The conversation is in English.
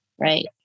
right